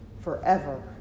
forever